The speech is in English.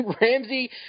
Ramsey